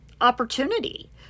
opportunity